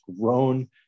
grown